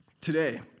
today